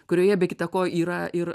kurioje be kita ko yra ir